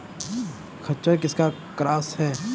खच्चर किसका क्रास है?